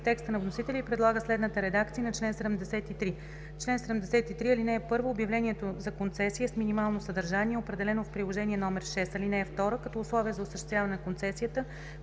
текста на вносителя и предлага следната редакция на чл. 73: „Чл. 73. (1) Обявлението за концесия е с минимално съдържание, определено в Приложение № 6. (2) Като условия за осъществяване на концесията,